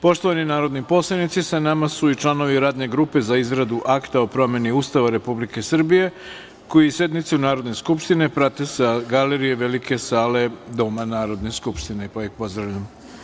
Poštovani narodni poslanici, sa nama su i članovi Radne grupe za izradu Akta o promeni Ustava Republike Srbije, koji sednicu Narodne skupštine prate sa galerije Velike sale Doma Narodne skupštine, pa ih pozdravljam.